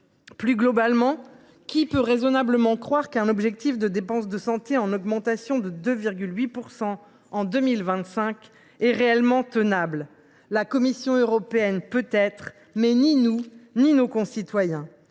Plus globalement, qui peut raisonnablement penser qu’un objectif de dépenses de santé en augmentation de 2,8 % en 2025 est réellement tenable ? La Commission européenne y croit peut être, mais pas nos concitoyens,